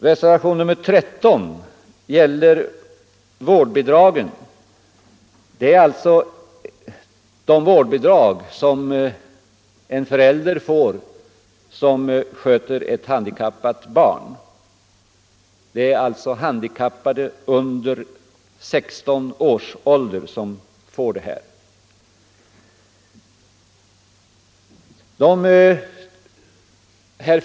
Reservationen 13 gäller vårdbidragen till de föräldrar som sköter ett handikappat barn, och det är handikappade barn under 16 år det gäller.